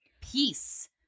Peace